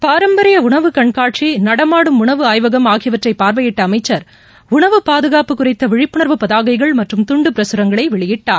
பாரம்பரியஉணவு கண்காட்சி நடமாடும் உணவு ஆய்வகம் ஆகியவற்றைபார்வையிட்டஅமைச்சர் உணவு பாதுகாப்பு குறித்தவிழிப்புணர்வு பதாகைகள் மற்றும் துண்டுபிரசுரங்களைவெளியிட்டார்